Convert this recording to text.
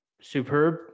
superb